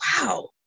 wow